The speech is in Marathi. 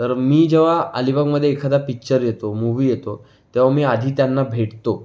तर मी जेव्हा अलिबागमध्ये एखादा पिक्चर येतो मूव्ही येतो तेव्हा मी आधी त्यांना भेटतो